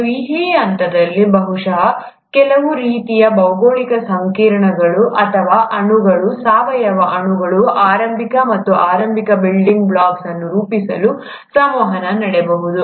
ಮತ್ತು ಈ ಹಂತದಲ್ಲಿ ಬಹುಶಃ ಕೆಲವು ರೀತಿಯ ಭೌಗೋಳಿಕ ಸಂಕೀರ್ಣಗಳು ಅಥವಾ ಅಣುಗಳು ಸಾವಯವ ಅಣುಗಳ ಆರಂಭಿಕ ಮತ್ತು ಆರಂಭಿಕ ಬಿಲ್ಡಿಂಗ್ ಬ್ಲಾಕ್ಸ್ ಅನ್ನು ರೂಪಿಸಲು ಸಂವಹನ ನಡೆಸಬಹುದು